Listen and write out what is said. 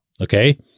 okay